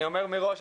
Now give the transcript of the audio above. אני אומר מראש,